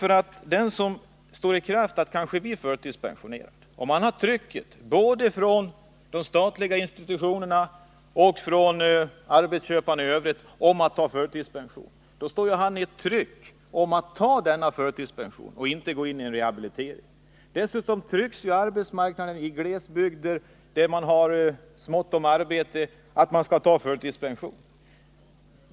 Jo, den som står i tur att bli förtidspensionerad har ett tryck på sig från olika håll, från de statliga institutionerna och från arbetsköparna, att ta förtidspension i stället för att gå in i en rehabilitering. Det kan dessutom i glesbygderna vara ett tryck på grund av att det är smått om arbete att man skall ta förtidspension.